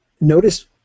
Notice